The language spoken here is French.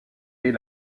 est